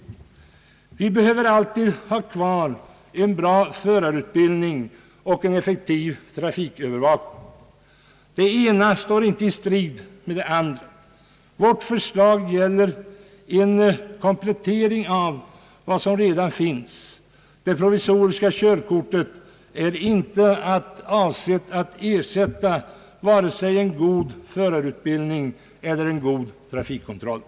Vi behöver alltid ha kvar en bra förarutbildning och en effektiv trafikövervakning; det ena står inte i strid med det andra. Vårt förslag gäller en komplettering av vad som redan finns. Det provisoriska körkortet är inte avsett att ersätta vare sig en god förarutbildning eller en god trafikkontroll.